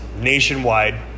nationwide